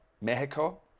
Mexico